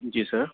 جی سر